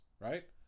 right